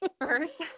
First